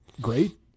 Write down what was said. great